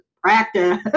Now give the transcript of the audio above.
practice